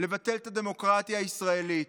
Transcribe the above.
לבטל את הדמוקרטיה הישראלית.